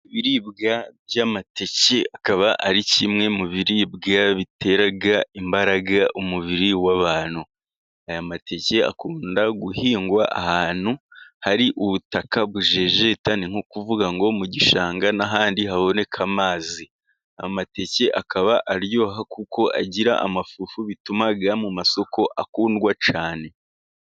Ibiribwa by'amateke akaba ari kimwe mu biribwa bitera imbaraga umubiri w'abantu, aya mateke akunda guhingwa ahantu hari ubutaka bujejeta ni nkovuga ngo mu gishanga n'ahandi haboneka amazi, amateke akaba aryoha kuko agira amafufu bituma mu masoko akundwa cyane.